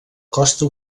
costa